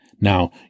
Now